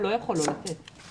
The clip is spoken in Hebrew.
הוא לא יכול לא לתת את המידע.